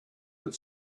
that